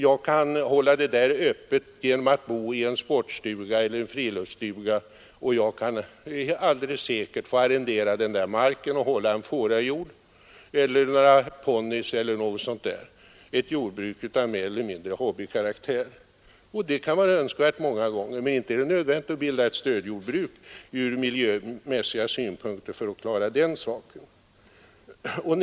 Man kan hålla marken öppen genom att bo i en sportstuga eller en friluftsstuga och arrendera mark för att hålla en fårahjord eller ponnies — ett jordbruk mer eller mindre av hobbykaraktär. Inte är det alltså nödvändigt att av miljömässiga skäl bilda ett stödjordbruk för att hålla den marken öppen.